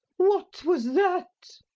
what was that?